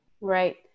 Right